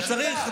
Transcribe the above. אני שותף.